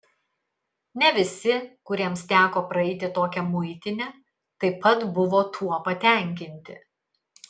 ne visi kuriems teko praeiti tokią muitinę taip pat buvo tuo patenkinti